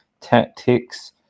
tactics